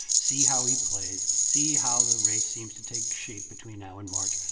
see how he plays, see how the race seems to take shape between now and march.